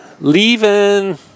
leaving